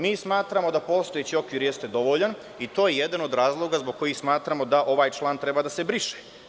Mi smatramo da postojeći okvir jeste dovoljan i to je jedan od razloga zbog kojih smatramo da ovaj član treba da se briše.